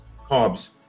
carbs